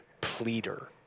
pleader